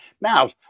Now